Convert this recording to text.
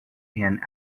and